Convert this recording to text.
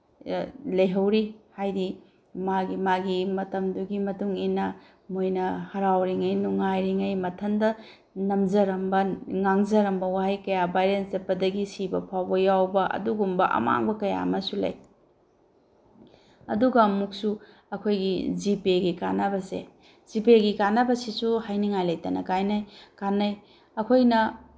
ꯂꯩꯍꯧꯔꯤ ꯍꯥꯏꯗꯤ ꯃꯥꯒꯤ ꯃꯥꯒꯤ ꯃꯇꯝꯗꯨꯒꯤ ꯃꯇꯨꯡꯏꯟꯅ ꯃꯣꯏꯅ ꯍꯔꯥꯎꯔꯤꯉꯩ ꯅꯨꯡꯉꯥꯏꯔꯤꯉꯩ ꯃꯊꯟꯗ ꯅꯝꯖꯔꯝꯕ ꯉꯥꯡꯖꯔꯝꯕ ꯋꯥꯍꯩ ꯀꯌꯥ ꯚꯥꯏꯔꯦꯜ ꯆꯠꯄꯗꯒꯤ ꯁꯤꯕ ꯐꯥꯎꯕ ꯌꯥꯎꯕ ꯑꯗꯨꯒꯨꯝꯕ ꯑꯃꯥꯡꯕ ꯀꯌꯥ ꯑꯃꯁꯨ ꯂꯩ ꯑꯗꯨꯒ ꯑꯃꯨꯛꯁꯨ ꯑꯩꯈꯣꯏꯒꯤ ꯖꯤꯄꯦꯒꯤ ꯀꯥꯟꯅꯕꯁꯦ ꯖꯤꯄꯦꯒꯤ ꯀꯥꯟꯅꯕꯁꯤꯁꯨ ꯍꯥꯏꯅꯤꯉꯥꯏ ꯍꯩꯇꯅ ꯀꯥꯟꯅꯩ ꯑꯩꯈꯣꯏꯅ